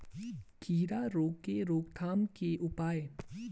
खीरा रोग के रोकथाम के उपाय?